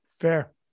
Fair